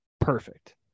perfect